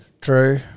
true